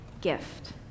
gift